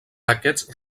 aquests